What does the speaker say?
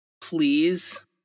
Please